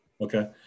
Okay